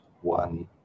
one